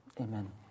Amen